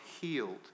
healed